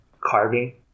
carving